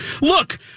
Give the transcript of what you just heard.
look